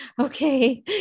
Okay